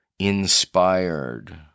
inspired